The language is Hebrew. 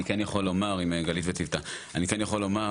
אני כן יכול לומר אם גלית וצוותה אני כן יכול לומר